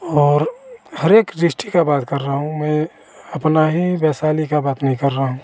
और हर एक ऋष्टि का बात कर रहा हूँ में अपना ही वैशाली का बात नहीं कर रहा हूँ